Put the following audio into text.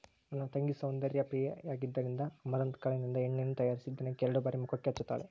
ನನ್ನ ತಂಗಿ ಸೌಂದರ್ಯ ಪ್ರಿಯೆಯಾದ್ದರಿಂದ ಅಮರಂತ್ ಕಾಳಿನಿಂದ ಎಣ್ಣೆಯನ್ನು ತಯಾರಿಸಿ ದಿನಕ್ಕೆ ಎರಡು ಬಾರಿ ಮುಖಕ್ಕೆ ಹಚ್ಚುತ್ತಾಳೆ